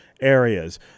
areas